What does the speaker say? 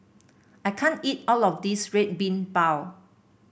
I can't eat all of this Red Bean Bao